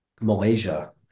Malaysia